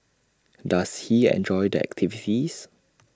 does he enjoy the activities